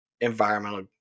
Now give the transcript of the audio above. environmental